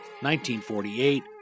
1948